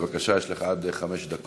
בבקשה, יש לך עד חמש דקות.